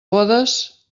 bodes